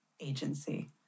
agency